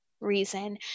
reason